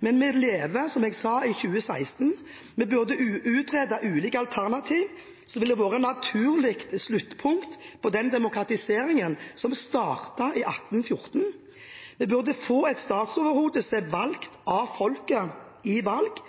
men vi lever, som jeg sa, i 2016. Vi burde utrede ulike alternativ, noe som ville være et naturlig sluttpunkt på den demokratiseringen som startet i 1814. Vi burde få et statsoverhode som er valgt av folket i valg,